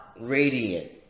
radiant